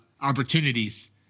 opportunities